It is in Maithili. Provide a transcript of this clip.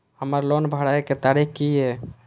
हमर लोन भरए के तारीख की ये?